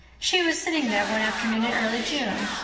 she was sitting there one afternoon in early june.